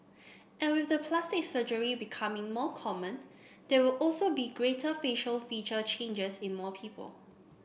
and with the plastic surgery becoming more common there will also be greater facial feature changes in more people